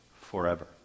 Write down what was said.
forever